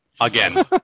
again